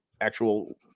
actual